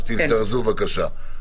אז תזדרזו בבקשה.